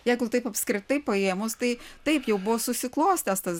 jeigu taip apskritai paėmus tai taip jau buvo susiklostęs tas